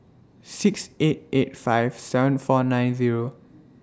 six eight eight five seven four nine Zero